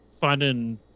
finding